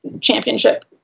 championship